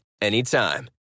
anytime